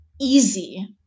easy